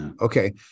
okay